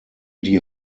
die